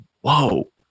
whoa